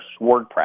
WordPress